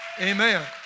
Amen